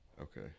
Okay